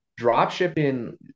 Dropshipping